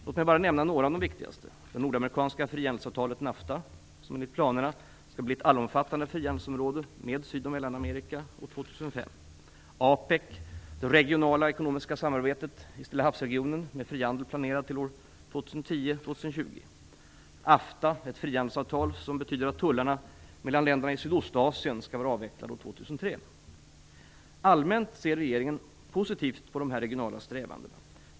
Låt mig bara nämna några av de viktigaste: det nordamerikanska frihandelsavtalet NAFTA, som enligt planerna skall bli ett allomfattande frihandelsområde med Syd och Mellanamerika år 2005, APEC, det regionala ekonomiska samarbetet i Stillahavsregionen med frihandel planerad till år 2010-2020 och AFTA, ett frihandelsavtal som betyder att tullarna mellan länderna i Sydostasien skall vara avvecklade år 2003. Allmänt ser regeringen positivt på de här regionala strävandena.